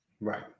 right